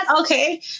okay